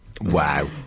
wow